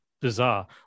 bizarre